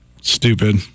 Stupid